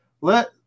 let